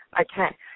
Okay